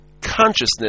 consciousness